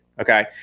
Okay